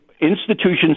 institutions